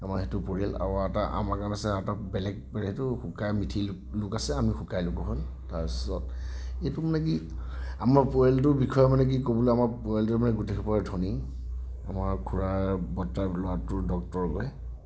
আমাৰ সেইটো পৰিয়াল আৰু এটা আমাৰ কাৰণে আছে এটা বেলেগ সেইটো শুকাইমিঠি লোক আছে আমি শুকাইলোক হ'ল তাৰপিছত এইটো মানে কি আমাৰ পৰিয়ালটোৰ বিষয়ে মানে কি ক'বলৈ আমাৰ পৰিয়ালটোৰ মানে গোটেইসোপা ধনী আমাৰ খুৰা বৰ্তাৰ ল'ৰাটো ডক্টৰ কৰে